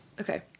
Okay